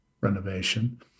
renovation